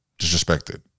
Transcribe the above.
disrespected